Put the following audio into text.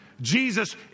Jesus